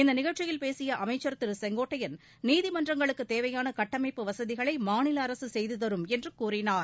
இந்த நிகழ்ச்சியில் பேசிய அமைச்சர் திரு செங்கோட்டையன் நீதிமன்றங்களுக்குத் தேவையான கட்டமைப்பு வசதிகளை மாநில அரசு செய்து தரும் என்று கூறினார்